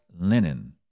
linen